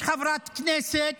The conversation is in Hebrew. יש חברת כנסת